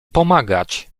pomagać